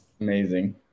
Amazing